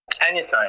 Anytime